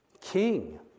King